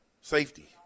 Safety